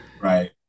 right